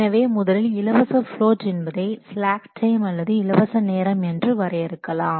எனவே முதலில் இலவச பிளோட் என்பதை ஸ்லாக் டைம் அல்லது இலவச நேரம் என்றும் வரையறுக்கலாம்